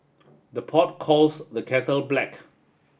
the pot calls the kettle black